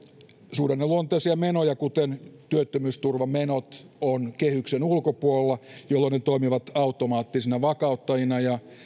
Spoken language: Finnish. suhdanneluonteisia menoja kuten työttömyysturvamenoja on kehyksen ulkopuolella jolloin ne toimivat automaattisina vakauttajina ja